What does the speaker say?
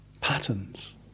patterns